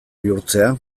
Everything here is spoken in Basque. bihurtzea